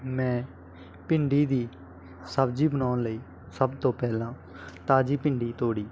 ਮੈਂ ਭਿੰਡੀ ਦੀ ਸਬਜ਼ੀ ਬਣਾਉਣ ਲਈ ਸਭ ਤੋਂ ਪਹਿਲਾਂ ਤਾਜ਼ੀ ਭਿੰਡੀ ਤੋੜੀ